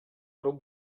grup